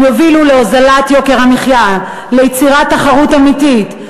יוביל להוזלת יוקר המחיה וליצירת תחרות אמיתית,